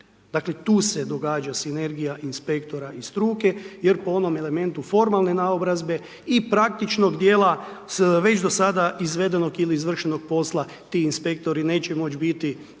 Dakle, tu se događa sinergija inspektora i struke jer po onom elementu formalne naobrazbe i praktičnog dijela već do sada izvedenog ili izvršenog posla ti inspektori neće moći biti